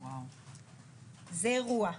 זה אירוע.